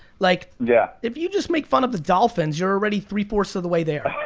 like yeah if you just make fun of the dolphins you're already three fourths of the way there.